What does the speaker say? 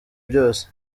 byose